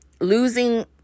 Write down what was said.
Losing